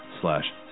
slash